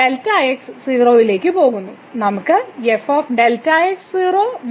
Δx 0 ലേക്ക് പോകുന്നു നമുക്ക് ഉണ്ട്